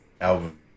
album